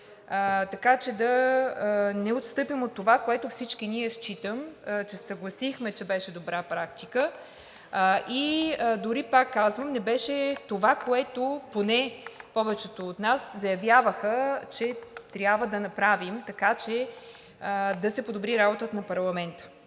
така че да не отстъпим от това, което всички ние, считам, че се съгласихме, че беше добра практика и дори, пак казвам, не беше това, което поне повечето от нас заявяваха, че трябва да направим, така че да се подобри работата на парламента.